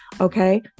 okay